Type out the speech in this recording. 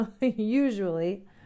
Usually